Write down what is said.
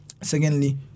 Secondly